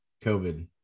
COVID